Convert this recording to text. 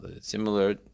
similar